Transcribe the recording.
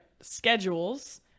schedules